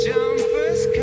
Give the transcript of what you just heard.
Jumpers